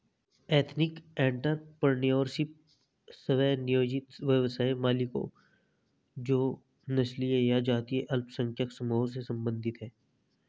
ethnic entrepreneurship, स्व नियोजित व्यवसाय मालिकों जो नस्लीय या जातीय अल्पसंख्यक समूहों से संबंधित हैं